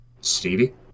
Stevie